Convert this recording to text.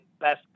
best